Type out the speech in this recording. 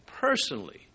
personally